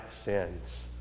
sins